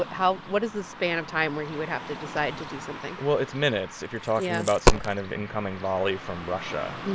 but how what is the span of time where he would have to decide to do something? well, it's minutes if you're talking. yeah. about some kind of incoming volley from russia. you